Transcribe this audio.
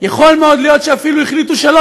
יכול מאוד להיות שאפילו החליטו שלא